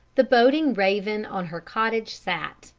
the boding raven on her cottage sat,